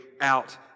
out